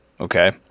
okay